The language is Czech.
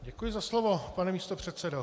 Děkuji za slovo, pane místopředsedo.